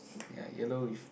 ya yellow with